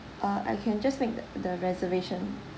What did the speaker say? uh I can just make th~ the reservation